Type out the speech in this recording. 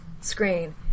screen